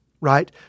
right